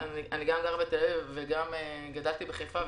אני גם גרה בתל אביב וגם גדלתי בחיפה,